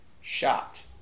shot